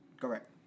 Correct